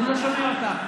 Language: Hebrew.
אני לא שומע אותך.